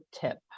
tip